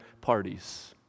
parties